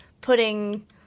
putting